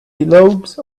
lobes